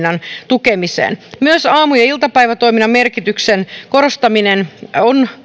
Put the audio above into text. tukemiseen myös aamu ja iltapäivätoiminnan merkityksen korostaminen on